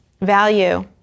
value